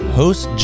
host